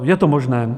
Je to možné.